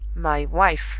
my wife?